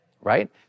right